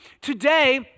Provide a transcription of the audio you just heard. Today